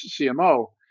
CMO